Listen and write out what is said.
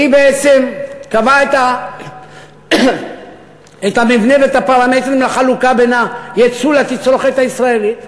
שקבעה את המבנה ואת הפרמטרים לחלוקה בין היצוא לתצרוכת הישראלית.